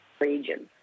region